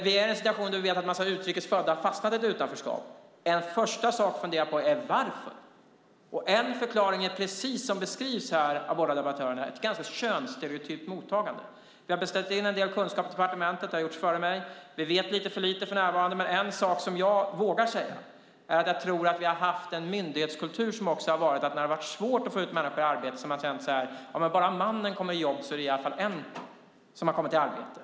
Vi är i en situation då vi vet att en massa utrikesfödda har fastnat i ett utanförskap. En första sak att fundera på är varför. En förklaring är, precis som beskrivs av båda debattörerna, ett ganska könsstereotypt mottagande. Vi har beställt in en del kunskap till departementet - det har gjorts före mig. Vi vet lite för lite för närvarande, men en sak jag vågar säga är att jag tror att vi har haft en myndighetskultur som när det har varit svårt att få ut människor i arbete sagt ungefär: Bara mannen kommer i jobb är det i alla fall en som kommer i arbete.